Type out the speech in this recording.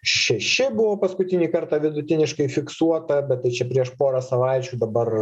šeši buvo paskutinį kartą vidutiniškai fiksuota bet tai čia prieš porą savaičių dabar